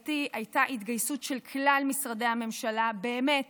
לשמחתי הייתה התגייסות של כלל משרדי הממשלה, באמת